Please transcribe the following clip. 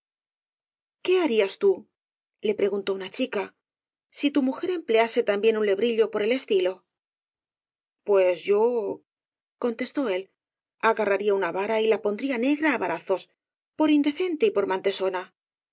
qué harías tú le preguntó una chicasi tu mujer emplease también un lebrillo por el estilo pues yo con testó él agarraría una vara y la pondría negra á varazos por indecente y por